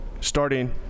starting